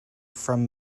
from